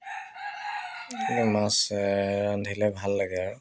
মাছ ৰান্ধিলে ভাল লাগে আৰু